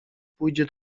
pójdzie